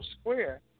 square